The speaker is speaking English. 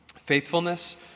Faithfulness